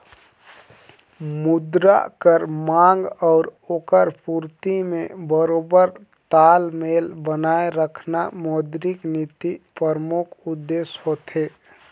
मुद्रा कर मांग अउ ओकर पूरती में बरोबेर तालमेल बनाए रखना मौद्रिक नीति परमुख उद्देस होथे